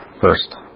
first